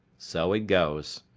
so it goes.